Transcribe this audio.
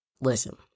listen